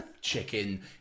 chicken